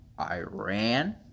Iran